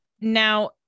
Now